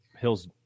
Hill's